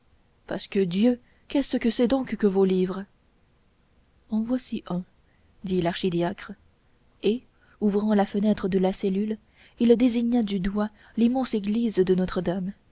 l'interrompit pasquedieu qu'est-ce que c'est donc que vos livres en voici un dit l'archidiacre et ouvrant la fenêtre de la cellule il désigna du doigt l'immense église de notre-dame